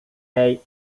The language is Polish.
tej